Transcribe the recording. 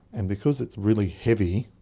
and because it's really heavy,